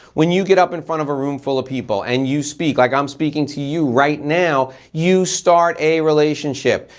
when you get up in front of a room full of people and you speak, like i'm speaking to you right now, you start a relationship.